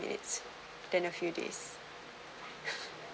minutes then a few days